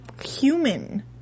human